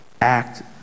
act